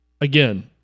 again